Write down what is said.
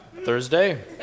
Thursday